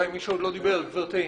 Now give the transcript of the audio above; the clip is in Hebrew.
בבקשה.